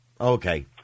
Okay